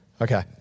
Okay